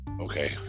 Okay